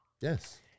Yes